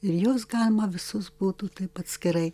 ir juos galima visus būtų taip atskirai